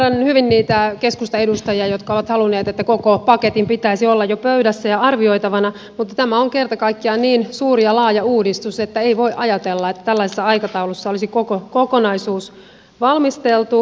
ymmärrän hyvin niitä keskustan edustajia jotka ovat halunneet että koko paketin pitäisi olla jo pöydässä ja arvioitavana mutta tämä on kerta kaikkiaan niin suuri ja laaja uudistus että ei voi ajatella että tällaisessa aikataulussa olisi koko kokonaisuus valmisteltu